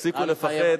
תפסיקו לפחד,